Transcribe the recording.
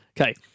Okay